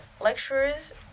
lecturers